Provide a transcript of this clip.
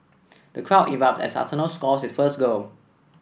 the crowd erupts as Arsenal score its first goal